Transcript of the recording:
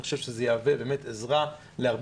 אני חושב שזה יהווה באמת עזרה להרבה